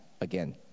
again